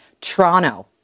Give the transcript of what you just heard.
Toronto